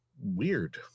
weird